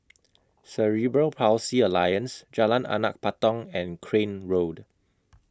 Cerebral Palsy Alliance Jalan Anak Patong and Crane Road